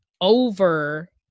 over